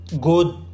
Good